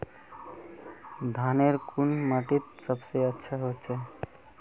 धानेर कुन माटित सबसे अच्छा होचे?